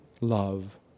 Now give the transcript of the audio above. love